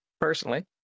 personally